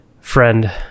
friend